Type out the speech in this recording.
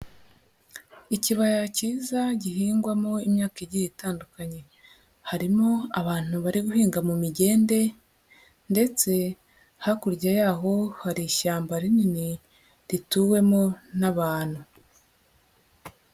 Ikibaya cyiza gihingwamo imyaka igiye itandukanye, harimo abantu bari guhinga mu migende ndetse hakurya y'aho hari ishyamba rinini rituwemo n'abantu.